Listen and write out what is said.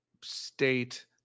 state